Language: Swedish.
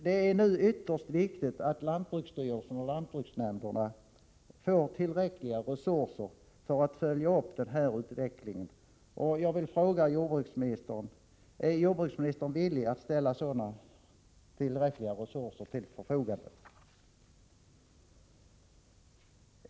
Det är nu ytterst viktigt att lantbruksstyrelsen och lantsbruksnämnderna får tillräckliga resurser för att följa upp denna utveckling. Jag vill fråga jordbruksministern: Är jordbruksministern villig att ställa tillräckliga resurser till förfogande?